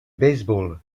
baseball